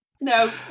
no